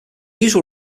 usual